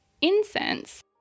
Incense